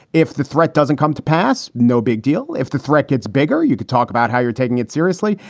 if the threat doesn't come to pass, no big deal. if the threat gets bigger, you can talk about how you're taking it seriously.